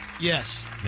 Yes